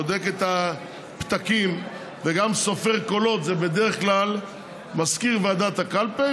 בודק את הפתקים וגם סופר קולות זה בדרך כלל מזכיר ועדת הקלפי,